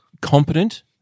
competent